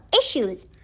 issues